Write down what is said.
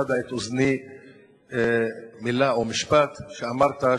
צד את אוזני משפט שאמרת,